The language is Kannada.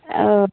ಹಾಂ